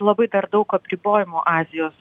labai dar daug apribojimų azijos